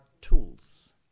tools